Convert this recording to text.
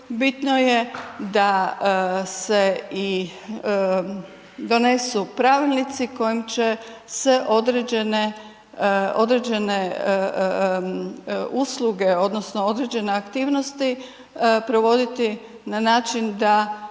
bitno je da se i donesu pravilnici kojim će se određene, određene usluge odnosno određene aktivnosti provoditi na način da,